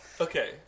Okay